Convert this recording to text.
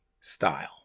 style